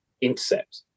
intercept